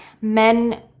men